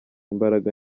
imbaraga